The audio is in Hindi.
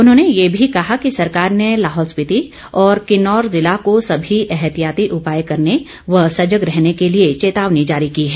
उन्होंने ये भी कहा कि सरकार ने लाहौल स्पिति और किन्नौर जिला को सभी एहतियाती उपाय करने व सजग रहने के लिए चेतावनी जारी की है